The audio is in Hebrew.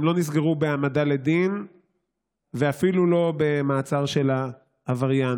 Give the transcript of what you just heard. הם לא נסגרו בהעמדה לדין ואפילו לא במעצר של העבריין.